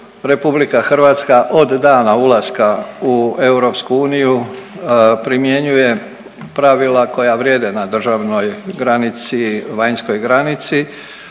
kako RH od dana ulaska u EU primjenjuje pravila koja vrijede na državnoj granici, vanjskoj granici